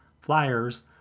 Flyers